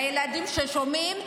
הילדים ששומעים,